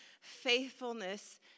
faithfulness